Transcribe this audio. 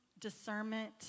discernment